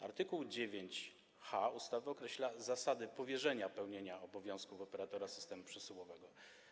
Art. 9h ustawy określa zasady powierzenia pełnienia obowiązków operatora systemu przesyłowego.